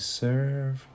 serve